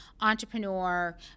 entrepreneur